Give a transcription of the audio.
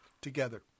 together